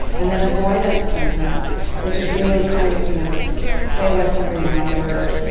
and then avoidance symptoms which is really trying to you know stay away from reminders,